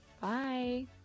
bye